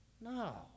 No